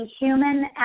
human